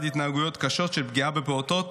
התנהגויות קשות של פגיעה בפעוטות,